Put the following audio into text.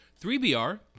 3BR